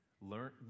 Learn